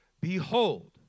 Behold